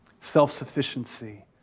Self-sufficiency